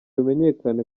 bimenyekane